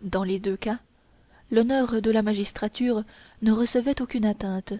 dans les deux cas l'honneur de la magistrature ne recevait aucune atteinte